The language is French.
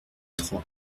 trois